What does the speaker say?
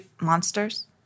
monsters